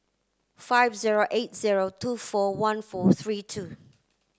five zero eight zero two four one four three two